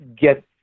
get